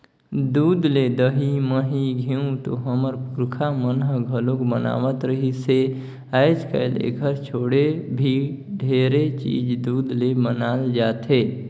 दूद ले दही, मही, घींव तो हमर पूरखा मन ह घलोक बनावत रिहिस हे, आयज कायल एखर छोड़े भी ढेरे चीज दूद ले बनाल जाथे